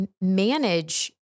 manage